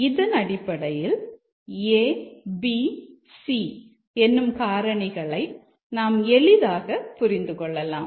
இதன் அடிப்படையில் a b c என்னும் காரணிகளை நாம் எளிதாக புரிந்து கொள்ளலாம்